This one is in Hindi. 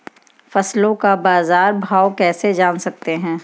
फसलों का बाज़ार भाव कैसे जान सकते हैं?